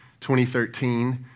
2013